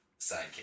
sidekick